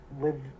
live